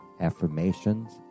affirmations